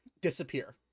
disappear